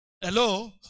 Hello